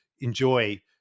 enjoy